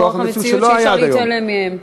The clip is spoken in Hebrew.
שאי-אפשר להתעלם מהם.